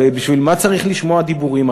הרי בשביל מה צריך לשמוע דיבורים?